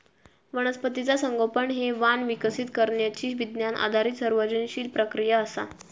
वनस्पतीचा संगोपन हे वाण विकसित करण्यची विज्ञान आधारित सर्जनशील प्रक्रिया असा